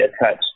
attached